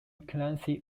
clancy